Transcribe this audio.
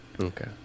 okay